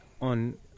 On